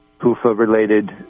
PUFA-related